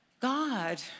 God